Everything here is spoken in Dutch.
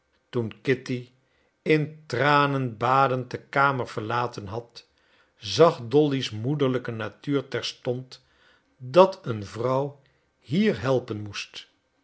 toen kitty in tranen badend de kamer verlaten had zag dolly's moederlijke natuur terstond dat een vrouw hier helpen moest